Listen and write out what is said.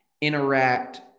interact